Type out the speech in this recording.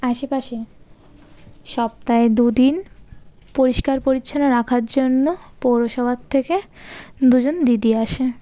আশেপাশে সপ্তাহে দু দিন পরিষ্কার পরিচ্ছন্ন রাখার জন্য পৌরসভার থেকে দুজন দিদি আসে